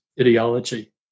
ideology